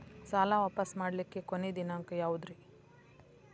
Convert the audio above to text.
ಸಾಲಾ ವಾಪಸ್ ಮಾಡ್ಲಿಕ್ಕೆ ಕೊನಿ ದಿನಾಂಕ ಯಾವುದ್ರಿ?